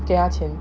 给他钱